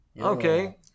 Okay